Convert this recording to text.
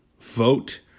vote